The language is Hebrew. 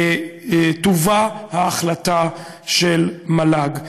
תובא ההחלטה של המל"ג.